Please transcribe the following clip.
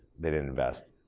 they didn't invest.